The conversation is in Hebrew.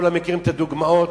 כולם מכירים את הדוגמאות,